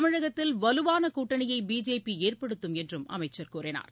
தமிழகத்தில் வலுவான கூட்டணியை பிஜேபி ஏற்படுத்தும் என்றும் அமைச்சர் தெரிவித்தார்